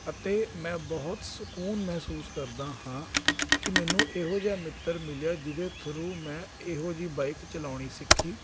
ਅਤੇ ਮੈਂ ਬਹੁਤ ਸਕੂਨ ਮਹਿਸੂਸ ਕਰਦਾ ਹਾਂ ਕਿ ਮੈਨੂੰ ਇਹੋ ਜਿਹਾ ਮਿੱਤਰ ਮਿਲਿਆ ਜਿਹਦੇ ਥਰੂ ਮੈਂ ਇਹੋ ਜਿਹੀ ਬਾਈਕ ਚਲਾਉਣੀ ਸਿੱਖੀ